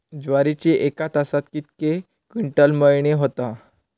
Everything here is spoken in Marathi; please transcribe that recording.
ज्वारीची एका तासात कितके क्विंटल मळणी होता?